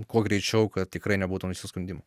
kuo greičiau kad tikrai nebūtų nusiskundimų